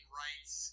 rights